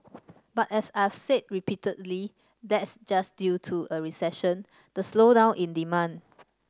but as I've said repeatedly that's just due to a recession the slowdown in demand